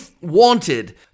wanted